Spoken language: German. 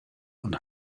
und